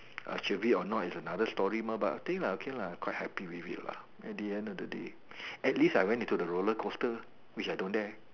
uh should be anot it's another story mah but I think lah okay lah quite happy with it lah at the end of the day at least I went into the roller coaster which I don't dare